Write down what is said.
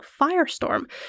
firestorm